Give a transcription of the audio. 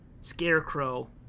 Scarecrow